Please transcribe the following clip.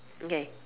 okay